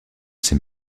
ses